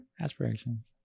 aspirations